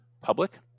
public